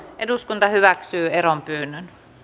eduskunta hyväksyi eronpyynnön